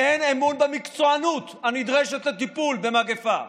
אין אמון במקצוענות הנדרשת לטיפול במגפה.